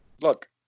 look